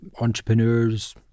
entrepreneurs